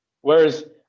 Whereas